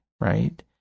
right